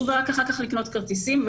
ורק אחר כך לקנות כרטיסים,